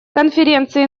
конференции